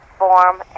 form